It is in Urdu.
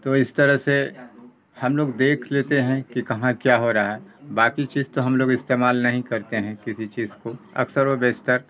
تو اس طرح سے ہم لوگ دیکھ لیتے ہیں کہ کہاں کیا ہو رہا ہے باقی چیز تو ہم لوگ استعمال نہیں کرتے ہیں کسی چیز کو اکثر و بیشتر